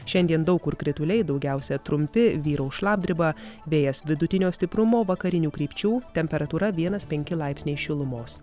šiandien daug kur krituliai daugiausia trumpi vyraus šlapdriba vėjas vidutinio stiprumo vakarinių krypčių temperatūra vienas penki laipsniai šilumos